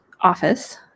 office